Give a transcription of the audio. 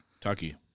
Tucky